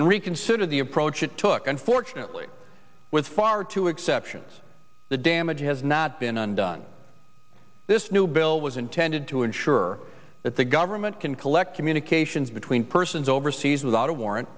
and reconsider the approach it took unfortunately was far too exceptions the damage has not been undone this new bill was intended to ensure that the government can collect communications between persons overseas without a warrant